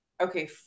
okay